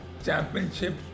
Championships